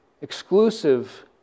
exclusive